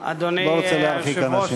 אני לא רוצה להרחיק אנשים.